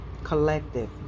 collective